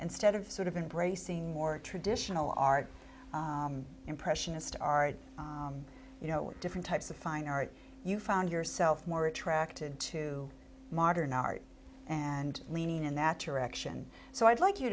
instead of sort of been bracing more traditional art impressionist art you know different types of fine art you found yourself more attracted to modern art and leaning in that direction so i'd like you